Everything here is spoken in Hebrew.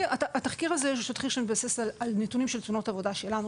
התחקיר הזה מתבסס על נתונים של תאונות עבודה שלנו,